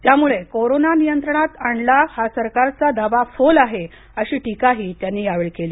त्यामुळे कोरोना नियंत्रणात आणला हा सरकारचा दावा फोल आहे अशी टीकाही त्यांनी केली